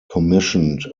commissioned